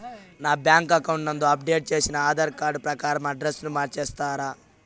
నా bank account నందు update చేసిన ఆధార్ కార్డు ప్రకారం అడ్రస్ ను మార్చిస్తారా?